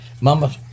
mama